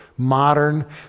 Modern